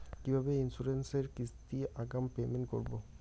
কিভাবে ইন্সুরেন্স এর কিস্তি আগাম পেমেন্ট করবো?